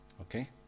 Okay